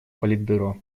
политбюро